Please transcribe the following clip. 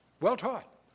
well-taught